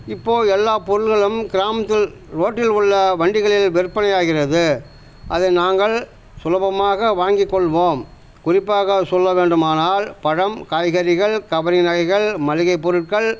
இப்போது எல்லா பொருட்களும் கிராமத்தில் ரோட்டில் உள்ள வண்டிகளில் விற்பனைையாகிறது அதை நாங்கள் சுலபமாக வாங்கிக் கொள்வோம் குறிப்பாக சொல்ல வேண்டுமானால் பழம் காய்கறிகள் கவரிங் நகைகள் மளிகைப் பொருட்கள்